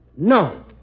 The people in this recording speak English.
No